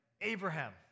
Abraham